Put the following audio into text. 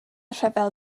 rhyfel